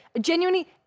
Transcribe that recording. Genuinely